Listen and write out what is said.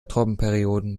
trockenperioden